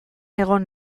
egon